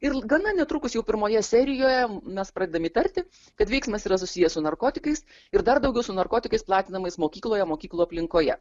ir gana netrukus jau pirmoje serijoje mes pradedam įtarti kad veiksmas yra susijęs su narkotikais ir dar daugiau su narkotikais platinamais mokykloje mokyklų aplinkoje